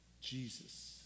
Jesus